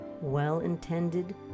well-intended